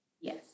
Yes